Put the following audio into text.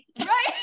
Right